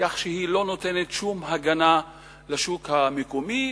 כך שהיא לא נותנת שום הגנה לשוק המקומי.